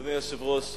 אדוני היושב-ראש,